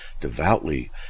devoutly